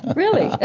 really?